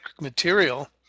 material